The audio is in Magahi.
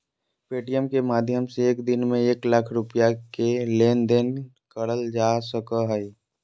पे.टी.एम के माध्यम से एक दिन में एक लाख रुपया के लेन देन करल जा सको हय